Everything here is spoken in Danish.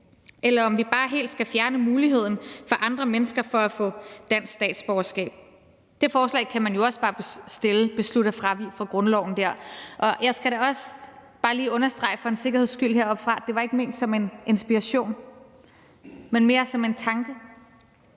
eller om vi bare helt skal fjerne muligheden fra andre mennesker for at få dansk statsborgerskab. Det forslag kan man jo også bare fremsætte, og så kan man beslutte at fravige grundloven der. Jeg skal da også bare lige for en sikkerheds skyld understrege heroppefra, at det ikke var ment som en inspiration, men mere som en tanke.